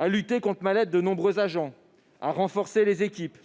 à lutter contre le mal-être de nombreux agents, à renforcer les équipes,